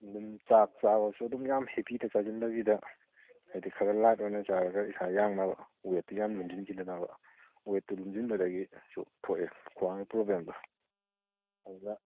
ꯑꯗꯨꯝ ꯆꯥꯛ ꯆꯥꯕꯁꯨ ꯑꯗꯨꯝ ꯌꯥꯝ ꯍꯦꯕꯤꯗ ꯆꯥꯁꯤꯟꯗꯕꯤꯗ ꯍꯥꯏꯗꯤ ꯈꯔ ꯂꯥꯏꯠ ꯑꯣꯏꯅ ꯆꯥꯔꯒ ꯏꯁꯥ ꯌꯥꯡꯅꯕ ꯋꯦꯠꯇꯣ ꯌꯥꯝꯅ ꯂꯨꯝꯁꯤꯟꯈꯤꯗꯅꯕ ꯋꯦꯠꯇꯣ ꯂꯨꯝꯁꯤꯟꯕꯗꯈꯤꯁꯨ ꯊꯣꯛꯑꯦ ꯈ꯭ꯋꯥꯡꯒꯤ ꯄ꯭ꯔꯣꯕ꯭ꯂꯦꯝꯗꯣ ꯑꯗꯨꯗ